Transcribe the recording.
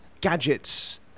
gadgets